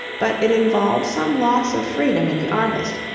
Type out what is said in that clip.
but it involved some loss of freedom in the artist,